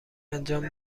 انجام